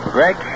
Greg